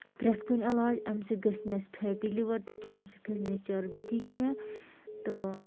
پرٛیٚتھ کُنہِ علاج اَمہِ سۭتۍ گژھہِ نہٕ اسہِ فیٹی لِور تہِ کیٚنٛہہ اَمہِ سۭتۍ کھسہِ نہٕ اسہِ چربی تہِ کیٚنٛہہ تہٕ